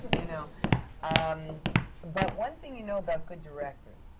you know um but one thing you know about good directors,